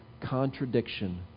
contradiction